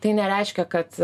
tai nereiškia kad